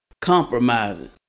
compromising